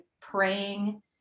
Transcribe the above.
praying